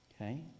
Okay